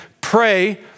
Pray